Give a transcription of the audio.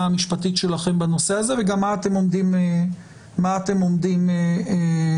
המשפטית שלכם בנושא הזה וגם מה אתם עומדים לעשות.